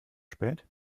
spät